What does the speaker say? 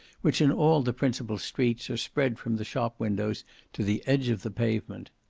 which, in all the principal streets, are spread from the shop windows to the edge of the pavement.